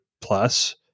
plus